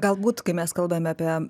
galbūt kai mes kalbam apie